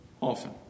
often